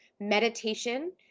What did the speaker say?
meditation